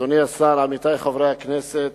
אדוני השר, עמיתי חברי הכנסת,